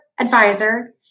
advisor